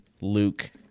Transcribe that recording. Luke